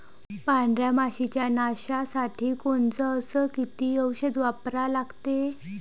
पांढऱ्या माशी च्या नाशा साठी कोनचं अस किती औषध वापरा लागते?